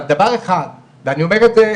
אבל דבר אחד ואני אומר את זה,